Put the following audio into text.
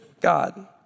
God